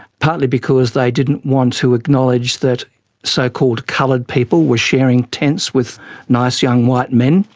partly because they didn't want to acknowledge that so-called coloured people were sharing tents with nice young white men.